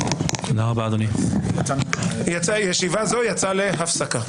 16:00. ישיבה זאת יצאה להפסקה.